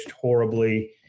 horribly